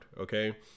okay